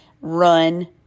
run